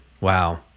Wow